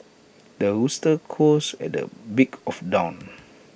the rooster crows at the break of dawn